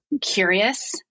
curious